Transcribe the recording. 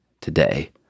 today